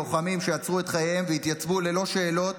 לוחמים שעצרו את חייהם והתייצבו ללא שאלות,